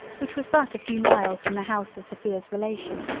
which was but a few miles from the house of sophia's relation,